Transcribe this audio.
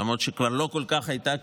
למרות שכבר לא כל כך הייתה קהילה.